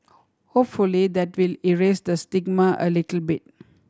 hopefully that will erase the stigma a little bit